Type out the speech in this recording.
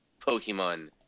Pokemon